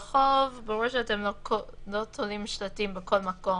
ברחוב ברור שאתם לא תולים שלטים בכל מקום.